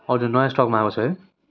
हजुर नयाँ स्टकमा आएको छ है